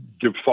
give